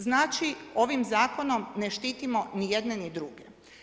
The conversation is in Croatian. Znači, ovim Zakonom ne štitimo ni jedne ni druge.